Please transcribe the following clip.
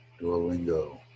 Duolingo